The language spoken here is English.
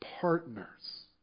partners